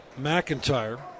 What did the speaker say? McIntyre